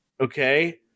Okay